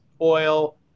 oil